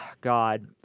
god